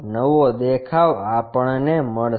નવો દેખાવ આપણને મળશે